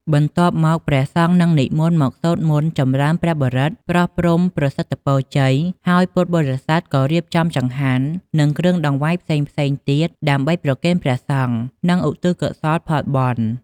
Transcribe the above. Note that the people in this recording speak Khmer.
បន្ទាប់មក ព្រះសង្ឃនឹងនិមន្តមកសូត្រមន្តចំរើនព្រះបរិត្ត ប្រោះព្រំប្រសិទ្ធពរជ័យ ហើយពុទ្ធបរិស័ទក៏រៀបចំចង្ហាន់ និងគ្រឿងដង្វាយផ្សេងៗទៀតដើម្បីប្រគេនព្រះសង្ឃ និងឧទ្ទិសកុសលផលបុណ្យ។